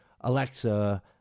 Alexa